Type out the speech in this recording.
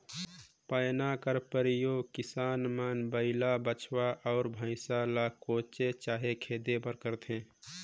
पैना का परियोग किसान मन बइला, बछवा, अउ भइसा ल कोचे चहे खेदे बर करथे